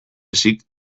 ezik